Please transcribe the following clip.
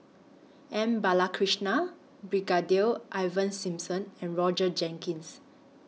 M Balakrishnan Brigadier Ivan Simson and Roger Jenkins